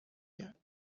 کرد